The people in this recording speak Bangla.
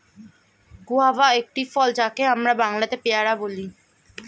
গুয়াভা একটি ফল যাকে আমরা বাংলাতে পেয়ারা বলি